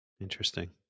Interesting